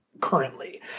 currently